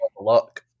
luck